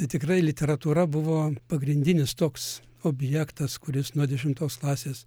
tai tikrai literatūra buvo pagrindinis toks objektas kuris nuo dešimtos klasės